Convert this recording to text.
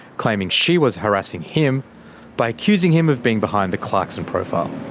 claiming she was harassing him by accusing him of being behind the clarkson profile.